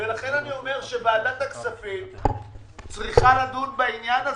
ולכן אני אומר שוועדת הכספים צריכה לדון בעניין הזה,